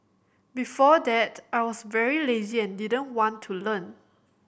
before that I was very lazy and didn't want to learn